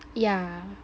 yeah